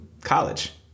college